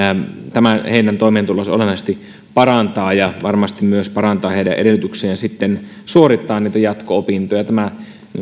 tämä heidän toimeentuloansa varmasti olennaisesti parantaa myös heidän edellytyksiään suorittaa näitä jatko opintoja tämä